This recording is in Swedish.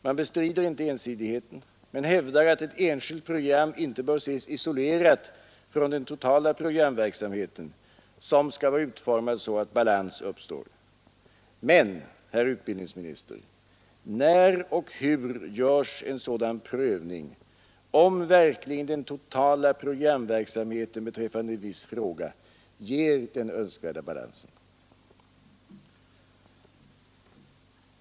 Man bestrider inte ensidigheten men hävdar, att ett enskilt program inte bör ses isolerat från den totala programverksamheten, som skall vara så utformad att balans uppstår. Men, herr utbildningsminister, när och hur görs en sådan prövning om verkligen den totala programverksamheten beträffande en viss fråga ger den önskvärda balansen?